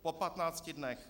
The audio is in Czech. Po 15 dnech?